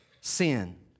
sin